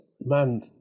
man